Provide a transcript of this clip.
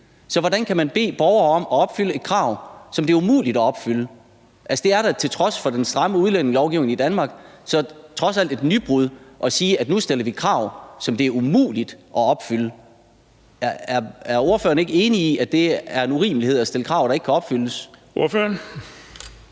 Så hvordan kan man bede borgere om at opfylde et krav, som det er umuligt at opfylde? Altså, det er da til trods for den stramme udlændingelovgivning i Danmark et nybrud at sige, at nu stiller vi krav, som det er umuligt at opfylde. Er ordføreren ikke enig i, at det er en urimelighed at stille krav, der ikke kan opfyldes? Kl.